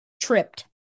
Tripped